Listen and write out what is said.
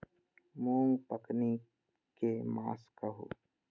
मूँग पकनी के मास कहू?